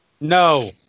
No